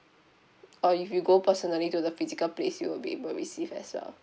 or you go personally to the physical place you would be able to receive as well